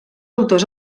autors